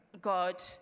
God